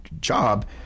job